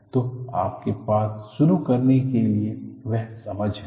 तो आपके पास शुरू करने के लिए वह समझ है